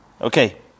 Okay